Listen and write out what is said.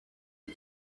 you